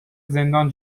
زندان